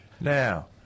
Now